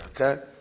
okay